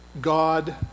God